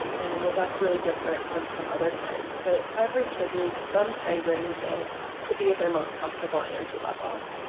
and that's really different from some other kids, but every kid needs some time during the day to be at their most comfortable energy level.